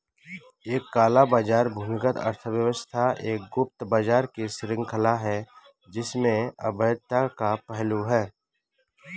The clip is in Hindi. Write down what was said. एक काला बाजार भूमिगत अर्थव्यवस्था एक गुप्त बाजार की श्रृंखला है जिसमें अवैधता का पहलू है